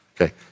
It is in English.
Okay